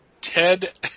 Ted